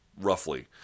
roughly